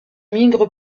migre